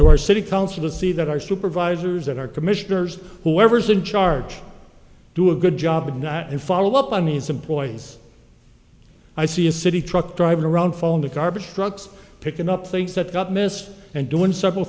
to our city council to see that our supervisors at our commissioners whoever's in charge do a good job not in follow up on these employees i see a city truck driving around phone the garbage trucks picking up things that got missed and doing several